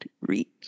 Reach